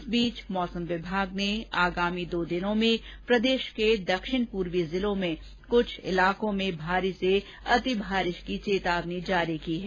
इस बीच मौसम विभाग ने आगामी दो दिनों में प्रदेष के दक्षिण पूर्वी जिलों में कुछ इलाकों में भारी से अति भारी बारिष की चेतावनी जारी की है